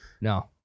No